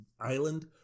island